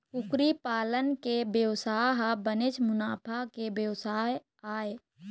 कुकरी पालन के बेवसाय ह बनेच मुनाफा के बेवसाय आय